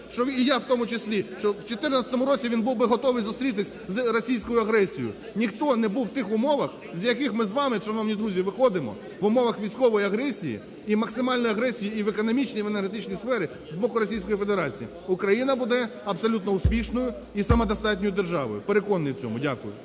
і я у тому числі, що в 14-му році він був би готовий зустрітись з російською агресією. Ніхто не був у тих умовах, з яких ми з вами, шановні друзі, виходимо, в умовах військової агресії і максимальної агресії і в економічній, і в енергетичній сфері з боку Російської Федерації. Україна буде абсолютно успішною і самодостатньою державою. Переконаний у цьому. Дякую.